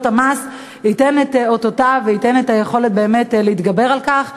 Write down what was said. המס ייתן את אותותיו וייתן את היכולת להתגבר על כך.